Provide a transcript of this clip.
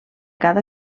cada